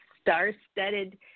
star-studded